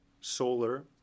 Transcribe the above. solar